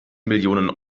millionen